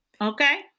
Okay